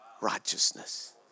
righteousness